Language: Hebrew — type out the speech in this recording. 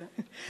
סיום יפה.